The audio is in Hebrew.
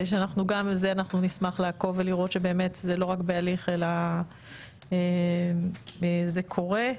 וגם נשמח לעקוב ולראות שבאמת זה לא רק בהליך אלא זה קורה.